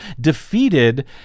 defeated